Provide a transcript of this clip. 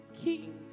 king